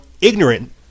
ignorant